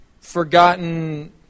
forgotten